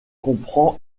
comprend